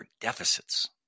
deficits